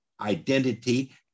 identity